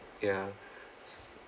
ya